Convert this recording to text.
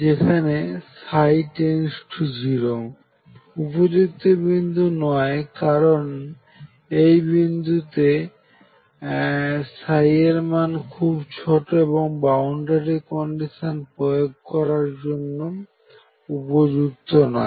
যেখানে ψ→0 উপযুক্ত বিন্দু নয় কারণ এই বিন্দুতে এর মান খুব ছোট এবং বাউন্ডারি কন্ডিশন প্রয়োগ করার জন্য উপযুক্ত নয়